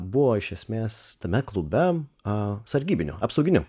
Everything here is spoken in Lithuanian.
buvo iš esmės tame klube sargybiniu apsauginiu